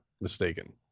mistaken